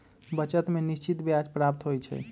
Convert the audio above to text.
बचत में निश्चित ब्याज प्राप्त होइ छइ